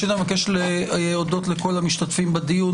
אני רוצה להודות לכל המשתתפים בדיון,